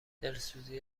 دلسوزی